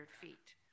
feet